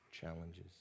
challenges